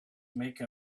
make